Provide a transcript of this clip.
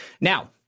Now